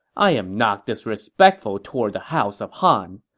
i am not disrespectful toward the house of han.